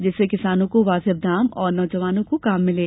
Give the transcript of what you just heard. जिससे किसानों को वाजिब दाम और नौजवानों को काम मिले